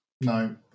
no